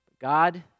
God